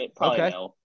Okay